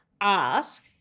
ask